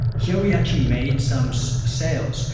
here, we actually made some so sales.